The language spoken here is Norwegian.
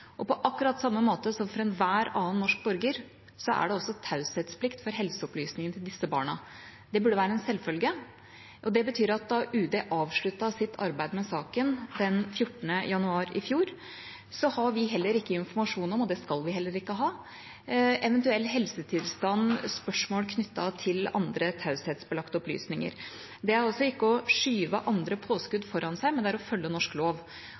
og på akkurat samme måte som for enhver annen norsk borger er det også taushetsplikt for helseopplysninger om disse barna. Det burde være en selvfølge. Det betyr at da UD avsluttet sitt arbeid med saken den 14. januar i fjor, har vi heller ikke informasjon om – og det skal vi heller ikke ha – eventuell helsetilstand og spørsmål knyttet til andre taushetsbelagte opplysninger. Det er ikke å skyve «andre påskudd foran seg», men det er å følge norsk lov.